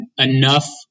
enough